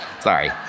sorry